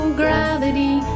gravity